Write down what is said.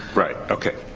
right, okay,